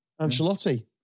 Ancelotti